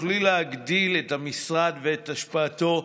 תוכלי להגדיל את המשרד ואת השפעתו.